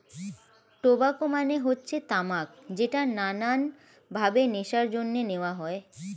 tobacco মানে হচ্ছে তামাক যেটা নানান ভাবে নেশার জন্য নেওয়া হয়